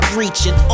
reaching